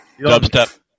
Dubstep